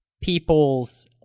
people's